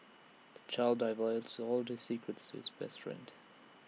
the child divulged all his secrets to his best friend